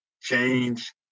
change